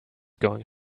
going